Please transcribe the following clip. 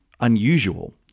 unusual